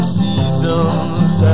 seasons